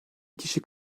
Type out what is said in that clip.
kişi